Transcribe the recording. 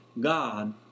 God